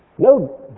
No